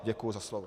Děkuji za slovo.